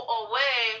away